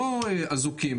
לא אזוקים.